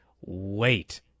wait